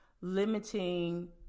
limiting